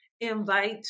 invite